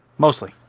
Mostly